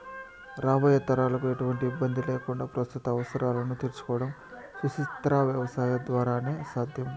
రాబోయే తరాలకు ఎటువంటి ఇబ్బంది లేకుండా ప్రస్తుత అవసరాలను తీర్చుకోవడం సుస్థిర వ్యవసాయం ద్వారానే సాధ్యం